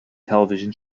television